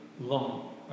long